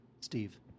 Steve